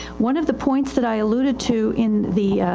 one of the points that i alluded to in the,